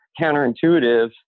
counterintuitive